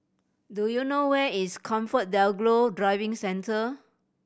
do you know where is ComfortDelGro Driving Centre